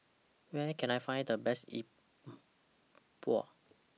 Where Can I Find The Best Yi Bua